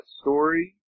story